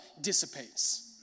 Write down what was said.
dissipates